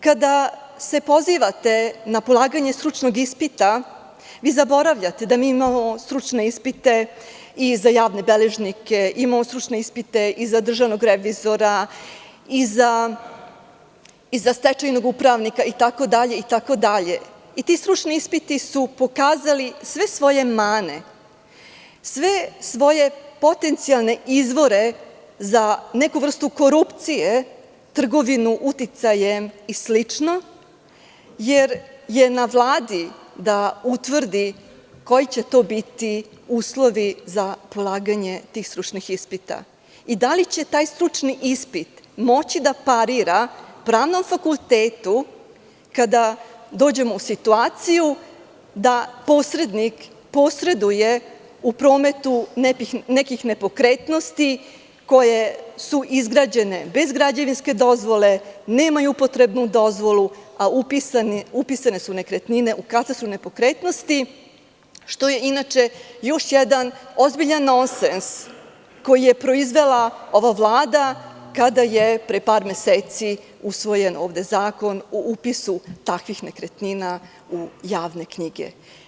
Kada se pozivate na polaganje stručnog ispita, vi zaboravljate da mi imamo stručne ispite i za javne beležnike, imamo stručne ispite i za državnog revizora i za stečajnog upravnika itd. i ti stručni ispiti su pokazali sve svoje mane, sve svoje potencijalne izvore za neku vrstu korupcije, trgovinu uticajem i slično, jer je na Vladi da utvrdi koji će to biti uslovi za polaganje tih stručnih ispita i da li će taj stručni ispit moći da parira Pravnom fakultetu, kada dođemo u situaciju da posrednik posreduje u prometu nekih nepokretnosti koje su izgrađene bez građevinske dozvole, nemaju upotrebnu dozvolu, a upisane su nekretnine u katastru nepokretnosti, što je inače još jedan ozbiljan nonsens koji je proizvela ova Vlada, kada je pre par meseci usvojen ovde zakon o upisu takvih nekretnina u javne knjige.